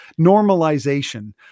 Normalization